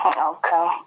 Okay